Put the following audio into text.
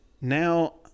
now